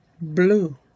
blue